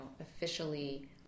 officially